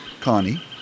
Connie